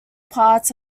parts